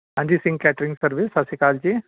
ਹਾਂਜੀ Singh catering service ਸਤਿ ਸ਼੍ਰੀ ਅਕਾਲ ਜੀ